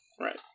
Right